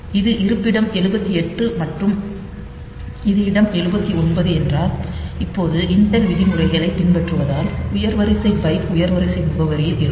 இது இருப்பிடம் 78 மற்றும் இது இடம் 79 என்றால் இப்போது இன்டெல் விதிமுறைகளைப் பின்பற்றுவதால் உயர் வரிசை பைட் உயர் வரிசை முகவரியில் இருக்கும்